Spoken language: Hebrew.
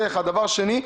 דבר שני,